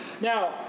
Now